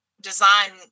design